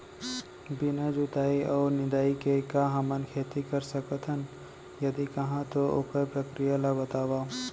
बिना जुताई अऊ निंदाई के का हमन खेती कर सकथन, यदि कहाँ तो ओखर प्रक्रिया ला बतावव?